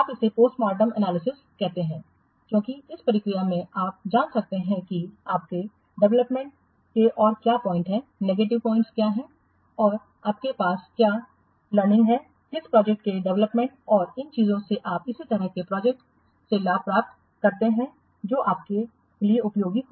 आप इसे postmortem analysis कहते हैं क्योंकि इस प्रक्रिया से आप जान सकते हैं कि आपके डेवलपमेंट के और क्या पॉइंट हैं नेगेटिव पॉइंट्स क्या हैं और आपके पास क्या लर्निंग हैं किस प्रोजेक्ट के डेवलपमेंटऔर इन चीजों से आप इसी प्रकार के प्रोजेक्ट्स में लाभ प्राप्त करने के लिए उपयोग कर सकते हैं